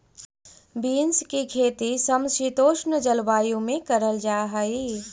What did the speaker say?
beans की खेती समशीतोष्ण जलवायु में करल जा हई